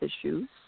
issues